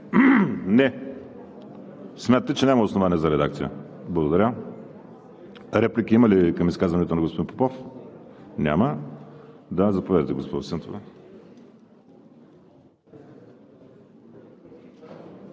Не. Смятате, че няма основание за редакция? Благодаря. Реплики има ли към изказването на господин Попов? Няма. Заповядайте, госпожо Нитова.